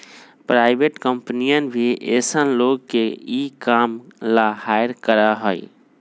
private कम्पनियन भी ऐसन लोग के ई काम ला हायर करा हई